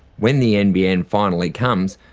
when the nbn finally comes,